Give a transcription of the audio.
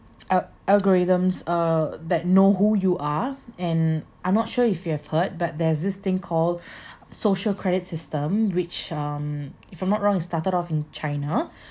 al~ algorithms uh that know who you are and I'm not sure if you have heard but there's this thing called social credit system which um if I'm not wrong it started off in china